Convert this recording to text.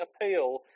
appeal